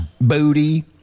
booty